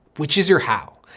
which is your how.